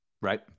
right